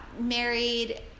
married